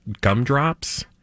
gumdrops